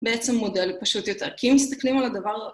בעצם מודל פשוט יותר כי אם מסתכלים על הדבר...